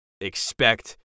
expect